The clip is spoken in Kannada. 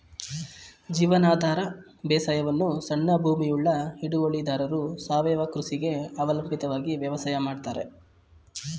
ಜೀವನಾಧಾರ ಬೇಸಾಯವನ್ನು ಸಣ್ಣ ಭೂಮಿಯುಳ್ಳ ಹಿಡುವಳಿದಾರರು ಸಾವಯವ ಕೃಷಿಗೆ ಅವಲಂಬಿತವಾಗಿ ವ್ಯವಸಾಯ ಮಾಡ್ತರೆ